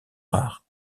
rare